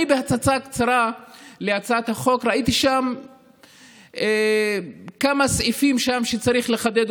בהצצה קצרה להצעת החוק ראיתי שם כמה סעיפים שצריך לחדד,